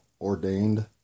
ordained